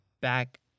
back